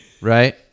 Right